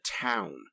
town